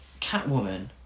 catwoman